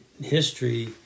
history